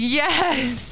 yes